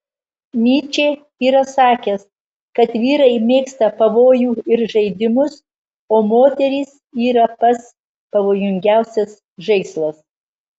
nyčė yra sakęs kad vyrai mėgsta pavojų ir žaidimus o moterys yra pats pavojingiausias žaislas